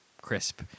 crisp